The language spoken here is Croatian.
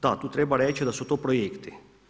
Da, tu treba reći da su to projekti.